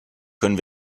können